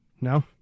No